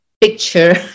Picture